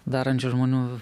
darančių žmonių